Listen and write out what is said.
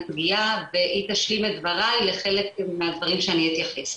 פגיעה והיא תשלים את דבריי לחלק מהדברים שאני אתייחס.